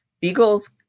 beagles